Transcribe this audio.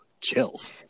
Chills